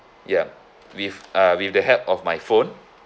yup with uh with the help of my phone